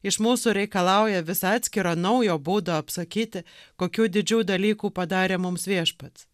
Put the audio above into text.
iš mūsų reikalauja vis atskiro naujo būdo apsakyti kokių didžių dalykų padarė mums viešpats